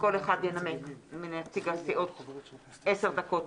וכל אחד מנציגי הסיעות ינמק עשר דקות,